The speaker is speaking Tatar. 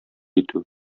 итү